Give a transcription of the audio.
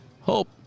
Hope